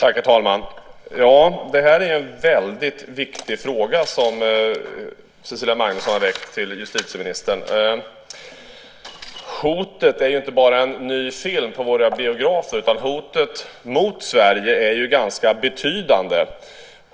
Herr talman! Det är en väldigt viktig fråga som Cecilia Magnusson har ställt till justitieministern. Hotet är inte bara en ny film på våra biografer, utan hotet mot Sverige är ganska betydande.